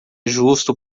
justo